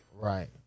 Right